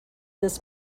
this